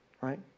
Right